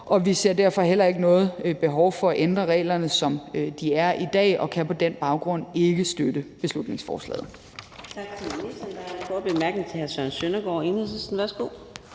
og vi ser derfor heller ikke noget behov for at ændre reglerne, som de er i dag, og vi kan på den baggrund ikke støtte beslutningsforslaget.